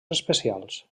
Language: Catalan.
especials